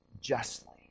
justly